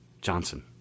Johnson